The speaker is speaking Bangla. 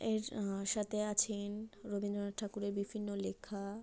এর সাথে আছেন রবীন্দ্রনাথ ঠাকুরের বিভিন্ন লেখা